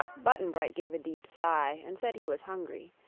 button-bright gave a deep sigh and said he was hungry.